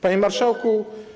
Panie Marszałku!